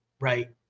right